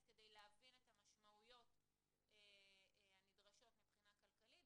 כדי להבין את המשמעויות הנדרשות מבחינה כלכלית,